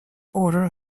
order